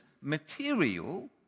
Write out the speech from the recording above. material